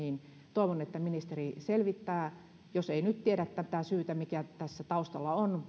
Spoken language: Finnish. toivon että ministeri selvittää asian jos ei nyt tiedä tätä syytä mikä tässä taustalla on